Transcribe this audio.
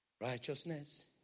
Righteousness